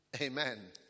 Amen